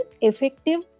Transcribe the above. effective